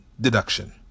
deduction